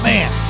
Man